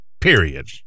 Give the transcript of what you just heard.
Period